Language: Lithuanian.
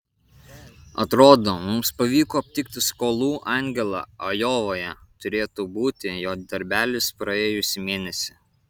atrodo mums pavyko aptikti skolų angelą ajovoje turėtų būti jo darbelis praėjusį mėnesį